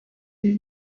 ibi